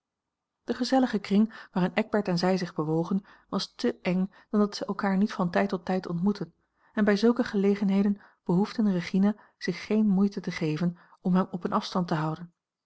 de gezellige kring waarin eckbert en zij zich bewogen was te eng dan dat zij elkaar niet van tijd tot tijd ontmoetten en bij zulke gelegenheden behoefden regina zich geene moeite te geven om hem op eene afstand te houden